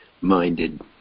minded